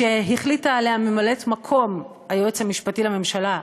שהחליטה עליה ממלאת-מקום היועץ המשפטי לממשלה,